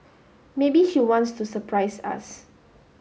maybe she wants to surprise us